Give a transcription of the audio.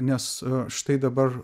nes štai dabar